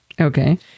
Okay